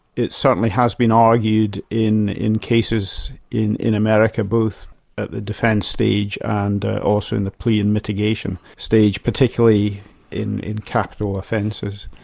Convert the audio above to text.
it certainly has been argued in in cases in in america, both at the defence stage and also in the plea and mitigation stage, particularly in in capital offences.